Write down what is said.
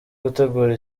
gutegura